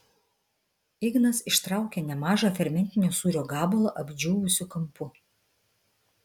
ignas ištraukė nemažą fermentinio sūrio gabalą apdžiūvusiu kampu